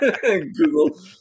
google